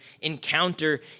encounter